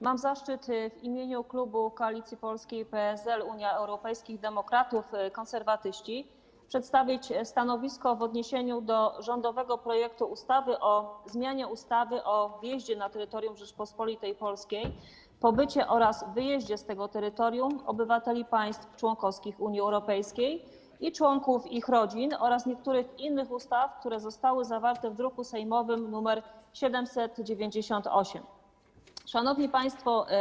Mam zaszczyt w imieniu klubu Koalicja Polska - PSL, Unia Europejskich Demokratów, Konserwatyści przedstawić stanowisko w odniesieniu do rządowego projektu ustawy o zmianie ustawy o wjeździe na terytorium Rzeczypospolitej Polskiej, pobycie oraz wyjeździe z tego terytorium obywateli państw członkowskich Unii Europejskiej i członków ich rodzin oraz niektórych innych ustaw, który został zawarty w druku sejmowym nr 798. Szanowni Państwo!